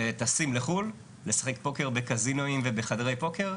וטסים לחו"ל לשחק פוקר בקזינואים וחדרי פוקר,